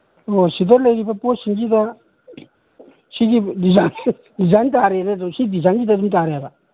ꯑꯣ ꯁꯤꯗ ꯂꯩꯔꯤꯕ ꯄꯣꯠꯁꯤꯡꯁꯤꯗ ꯁꯤꯒꯤ ꯗꯤꯖꯥꯏꯟ ꯗꯤꯖꯥꯏꯟ ꯇꯥꯔꯦꯅꯦ ꯑꯗꯨ ꯁꯤ ꯗꯤꯖꯥꯏꯟꯁꯤꯗ ꯑꯗꯨꯝ ꯇꯥꯔꯦꯕ